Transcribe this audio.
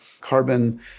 carbon